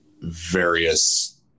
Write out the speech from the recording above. various